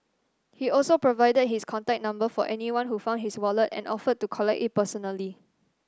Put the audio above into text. he also provided his contact number for anyone who found his wallet and offered to collect it personally